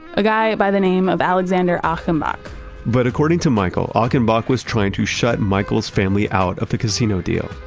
a guy by the name of alexander achenbach but according to michael, achenbach was trying to shut michael's family out of the casino deal.